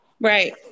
Right